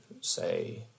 say